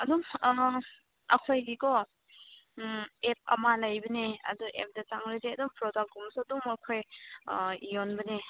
ꯑꯗꯨꯝ ꯑꯩꯈꯣꯏꯒꯤꯀꯣ ꯑꯦꯞ ꯑꯃ ꯂꯩꯕꯅꯦ ꯑꯗꯨ ꯑꯦꯞꯇꯨ ꯆꯪꯂꯗꯤ ꯑꯗꯨꯝ ꯄ꯭ꯔꯗꯛ ꯀꯨꯝꯕꯁꯨ ꯑꯗꯨꯝ ꯑꯩꯈꯣꯏ ꯌꯣꯟꯕꯅꯦ